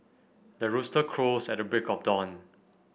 the rooster crows at the break of dawn